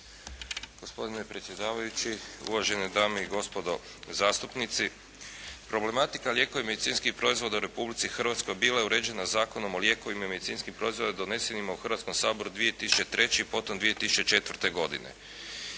Gospodine predsjedavajući, uvažene i dame i gospodo zastupnici. Problematika lijekova i medicinskih proizvoda u Republici Hrvatskoj bila je uređena Zakonom o lijekovima i medicinskim proizvodima donesenim u Hrvatskom saboru 2003. i potom 2004. godine.